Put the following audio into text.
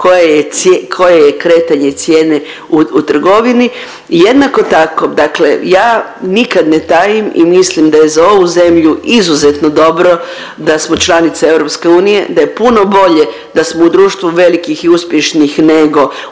koje je kretanje cijene u trgovini i jednako tako dakle ja nikad ne tajim i mislim da je za ovu zemlju izuzetno dobro da smo članica EU, da je puno bolje da smo u društvu velikih i uspješnih nego